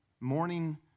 morning